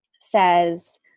says